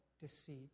deceit